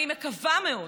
אני מקווה מאוד,